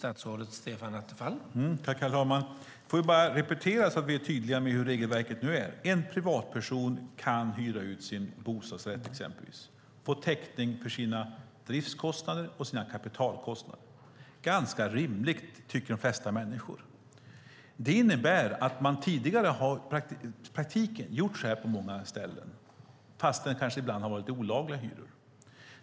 Herr talman! Jag vill repetera lite för att vara tydlig med hurdant regelverket nu är. En privatperson kan hyra ut exempelvis sin bostadsrätt och få täckning för sina driftskostnader och kapitalkostnader. Det är ganska rimligt, tycker de flesta människor. Man har tidigare i praktiken gjort så på många ställen, fast det kanske ibland har varit olagliga hyror.